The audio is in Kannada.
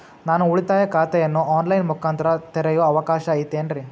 ನಾನು ಉಳಿತಾಯ ಖಾತೆಯನ್ನು ಆನ್ ಲೈನ್ ಮುಖಾಂತರ ತೆರಿಯೋ ಅವಕಾಶ ಐತೇನ್ರಿ?